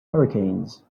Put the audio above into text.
hurricanes